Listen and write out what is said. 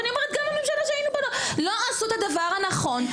ואני אומרת שגם הממשלה שהיינו בה לא עשו את הדבר הנכון,